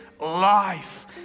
life